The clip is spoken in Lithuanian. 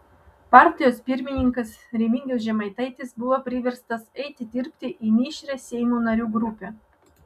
partijos pirmininkas remigijus žemaitaitis buvo priverstas eiti dirbti į mišrią seimo narių grupę